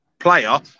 player